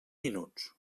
minuts